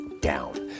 down